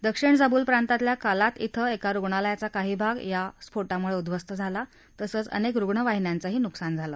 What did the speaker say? दक्षिण झाबुल प्रांतातल्या कालात िश्व एका रुग्णालयाचा काही भाग या स्फोटामुळे उध्वस्त झाला तसंच अनेक रुग्णवाहिन्यांचंही नुकसान झालं